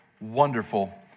wonderful